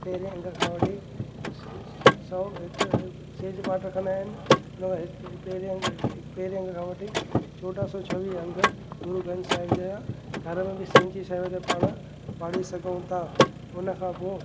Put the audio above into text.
पैरे अङ खां वठी सौ हिकु सहज पाठ रखंदा आहिनि हुन खां हिक पहिरियों अङ पहिरियों अङ खां वठी चोॾहां सौ छवीह अङ गुरू ग्रंथ साहिब जा घर में सिंची शयूं ते पाण पढ़ी सघूं था हुन खां पोइ